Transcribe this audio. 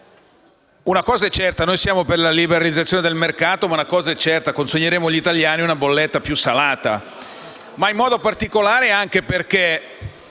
Una cosa è certa: noi siamo per la liberalizzazione del mercato. Ma è altrettanto certo che consegneremo agli italiani una bolletta più salata, e in modo particolare anche perché